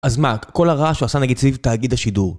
אז מה, כל הרעש שעשה נגיד סביב תאגיד השידור